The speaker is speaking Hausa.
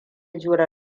jure